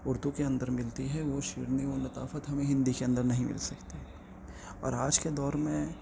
اردو کے اندر ملتی ہے وہ شیرنی و لطافت ہمیں ہندی کے اندر نہیں مل سکتے اور آج کے دور میں